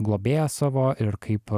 globėjo savo ir kaip